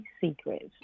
Secrets